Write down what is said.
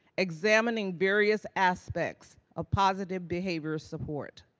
examining various aspects of positive behavior support.